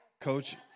Coach